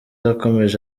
yakomeje